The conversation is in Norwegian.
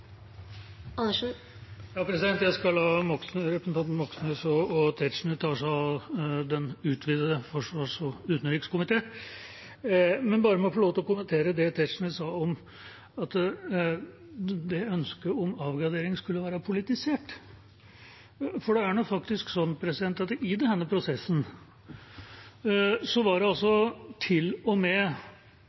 Jeg skal la representantene Moxnes og Tetzschner ta seg av den utvidete utenriks- og forsvarskomité. La meg bare få lov til å kommentere det Tetzschner sa om at ønsket om avgradering skulle være politisert, for det er nå sånn at i denne prosessen var alle enige til og med det